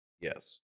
Yes